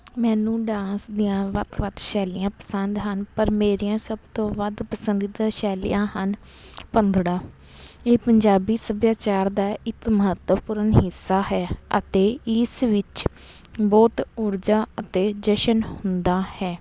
ਮੈਨੂੰ ਡਾਂਸ ਦੀਆਂ ਵੱਖ ਵੱਖ ਸ਼ੈਲੀਆਂ ਪਸੰਦ ਹਨ ਪਰ ਮੇਰੀਆਂ ਸਭ ਤੋਂ ਵੱਧ ਪਸੰਦੀਦਾ ਸ਼ੈਲੀਆਂ ਹਨ ਭੰਗੜਾ ਇਹ ਪੰਜਾਬੀ ਸੱਭਿਆਚਾਰ ਦਾ ਇੱਕ ਮਹੱਤਵਪੂਰਨ ਹਿੱਸਾ ਹੈ ਅਤੇ ਇਸ ਵਿੱਚ ਬਹੁਤ ਊਰਜਾ ਅਤੇ ਜਸ਼ਨ ਹੁੰਦਾ ਹੈ